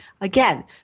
Again